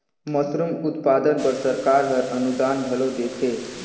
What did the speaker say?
mushroom उत्पादन बर सरकार हर अनुदान घलो देथे